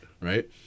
right